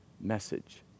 message